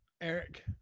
Eric